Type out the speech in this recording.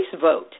vote